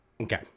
Okay